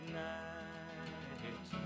night